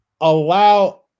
allow